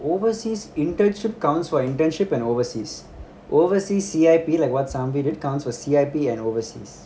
overseas internship counts for internship and overseas overseas C_I_P like what some sumbri did counts for C_I_P and overseas